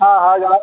हा हा